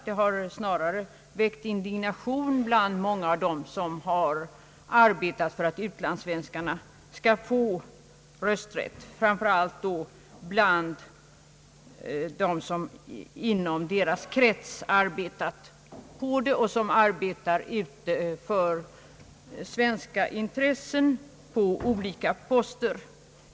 Den har snarare väckt indignation bland många av dem som arbetat för att utlandssvenskarna skall få rösträtt, framför allt bland dem som inom deras krets arbetat för saken och som verkar för svenska intressen på olika poster i utlandet.